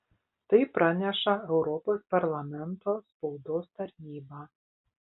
tai praneša europos parlamento spaudos tarnyba